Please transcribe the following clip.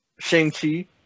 Shang-Chi